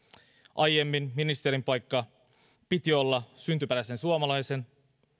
aiemmin ministerin paikka piti olla syntyperäisen suomalaisen